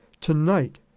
Tonight